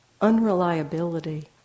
unreliability